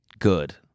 good